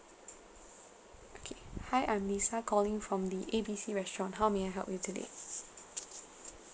okay hi I'm lisa calling from the A B C restaurant how may I help you today